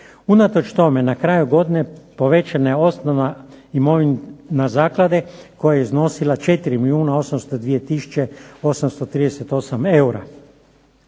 Unatoč tome na kraju godine povećana je osnova, imovina zaklade koja je iznosila 4 milijuna